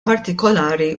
partikolari